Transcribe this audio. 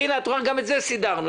הנה, גם את זה הסדרנו.